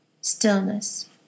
Stillness